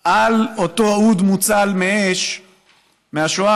על אותו אוד מוצל מאש מהשואה,